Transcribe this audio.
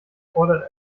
fordert